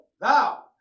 thou